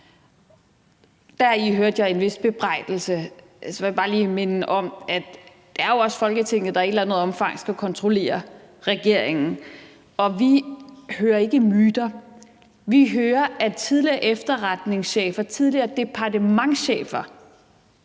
Deri hørte jeg en vis bebrejdelse. Så vil jeg bare lige minde om, at det jo også er Folketinget, der i et eller andet omfang skal kontrollere regeringen, og vi hører ikke myter. Vi hører, at tidligere efterretningschefer, tidligere departementschefer